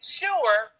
sure